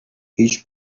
هیچ